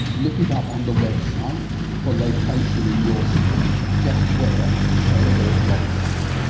look it up on the website for location in your state of just where sailability operates.